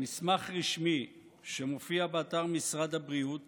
במסמך רשמי שמופיע באתר משרד הבריאות